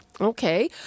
Okay